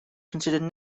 considered